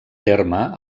terme